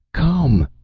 come!